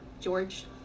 george